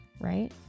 right